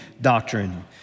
doctrine